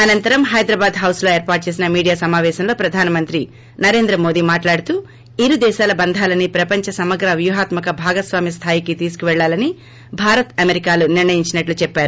అనంతరం హైదరాబాద్ హౌస్ లో ఏర్పాటు చేసిన మీడియా సమాపేశంలో ప్రధాన మంత్రి నరేంద్రమోదీ మాట్లాడుతూ ఇరుదేశాల బంధాలని ప్రపంచ సమగ్ర వ్యూహాత్మక భాగస్వామ్య స్థాయికి తీసుకుపెళ్లాలని భారత్ అమెరికా నిర్ణయించినట్లు చెప్పారు